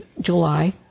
July